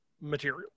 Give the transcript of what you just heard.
material